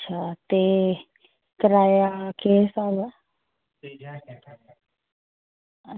अच्छा ते कराया केह् स्हाब ऐ